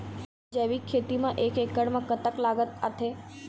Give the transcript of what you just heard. जैविक खेती म एक एकड़ म कतक लागत आथे?